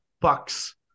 Bucks